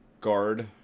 guard